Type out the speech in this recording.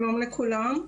שלום לכולם.